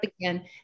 again